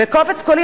וקובץ קולי,